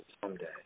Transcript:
Someday